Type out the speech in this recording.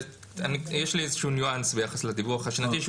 יש לי איזה שהוא ניואנס ביחס לדיווח השנתי,